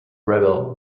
rebel